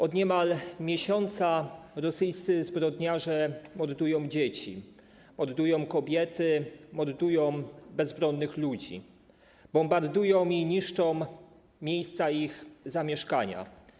Od niemal miesiąca rosyjscy zbrodniarze mordują dzieci, mordują kobiety, mordują bezbronnych ludzi, bombardują i niszczą miejsca ich zamieszkania.